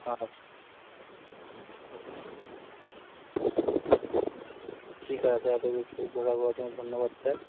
আচ্ছা ঠিক আছে এতো কিছু বলার জন্য ধন্যবাদ স্যার